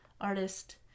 artist